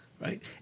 right